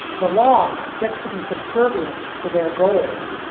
the law gets to be subservient to their goals.